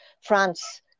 France